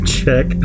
check